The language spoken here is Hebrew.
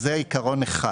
זה עיקרון אחד.